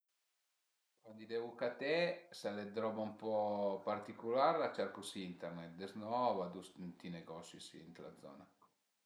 Cuandi devu caté, s'al e d'roba ën po particular la cercu sü Internet, deznò vadu ënt i negosi si d'la zona